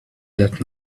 that